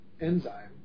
enzyme